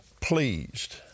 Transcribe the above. pleased